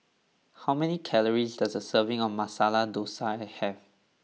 how many calories does a serving of Masala Dosa have